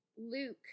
Luke